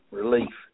relief